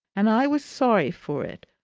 and i was sorry for it,